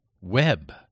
web